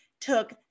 took